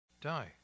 Die